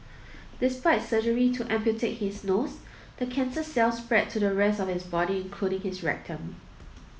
despite surgery to amputate his nose the cancer cells spread to the rest of his body including his rectum